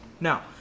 Now